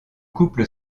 couple